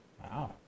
Wow